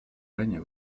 ранее